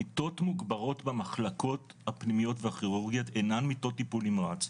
מיטות מוגברות במחלקות הפנימיות והכירורגיה אינן מיטות טיפול נמרץ,